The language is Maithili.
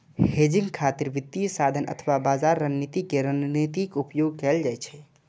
हेजिंग खातिर वित्तीय साधन अथवा बाजार रणनीति के रणनीतिक उपयोग कैल जाइ छै